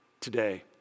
today